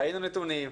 ראינו נתונים,